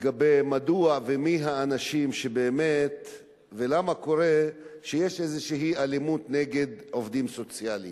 מדוע ומי האנשים ולמה קורה שיש איזו אלימות נגד עובדים סוציאליים.